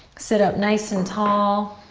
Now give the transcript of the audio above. sit up nice and tall.